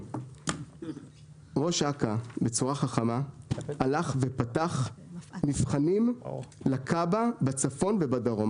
ראש אכ"א בצורה חכמה הלך ופתח מבחנים לקב"א בצפון ובדרום.